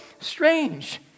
strange